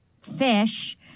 fish